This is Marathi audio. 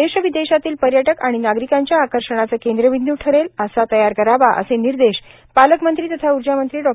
देश विदेशातील पर्यटक आणि नागरिकांच्या आकर्षणाचे केंद्रबिंद् ठरेल असा तयार करावा असे निर्देश पालकमंत्री तथा ऊर्जामंत्री डॉ